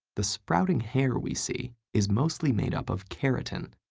the sprouting hair we see is mostly made up of keratin,